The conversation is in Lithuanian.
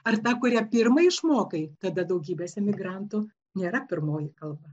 ar ta kurią pirmą išmokai kada daugybės emigrantų nėra pirmoji kalba